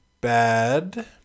bad